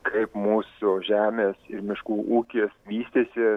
kaip mūsų žemės ir miškų ūkis vystėsi